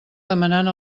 demanant